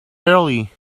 early